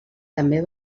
també